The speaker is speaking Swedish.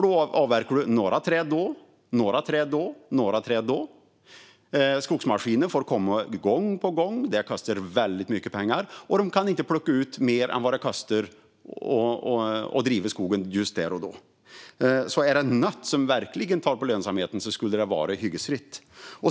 Då avverkar du några träd då och några träd då, och skogsmaskiner får komma gång på gång. Det kostar väldigt mycket pengar, och de kan inte plocka ut mer än vad det kostar att driva skogen just där och då. Är det något som verkligen tär på lönsamheten är det hyggesfritt.